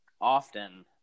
often